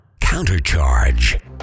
Countercharge